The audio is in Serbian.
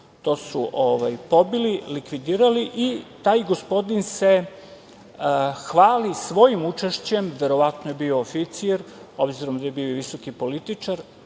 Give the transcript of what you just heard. to su pobili, likvidirali. Taj gospodin se hvali svojim učešćem, verovatno je bio oficir obzirom da je bio i visoki političar,